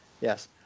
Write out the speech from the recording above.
Yes